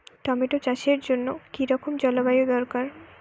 Tomato চাষের জন্য কি রকম জলবায়ু দরকার?